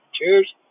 Cheers